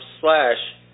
slash